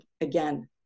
again